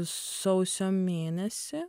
sausio mėnesį